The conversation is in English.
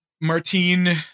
Martine